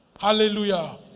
Hallelujah